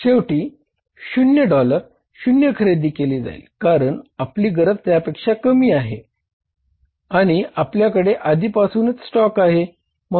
शेवटी शून्य डॉलर शून्य खरेदी केले जाईल कारण आपली गरज त्यापेक्षा कमी आहे आणि आपल्याकडे आधीपासूनच स्टॉक आहे